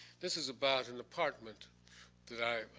this is about an apartment that i